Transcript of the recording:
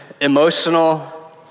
emotional